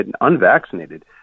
unvaccinated